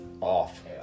off